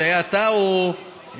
זה היה אתה או חיים?